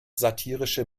satirische